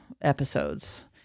episodes